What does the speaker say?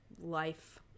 life